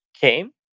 came